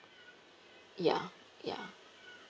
ya ya